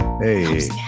Hey